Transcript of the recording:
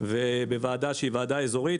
ובוועדה שהיא ועדה אזורית,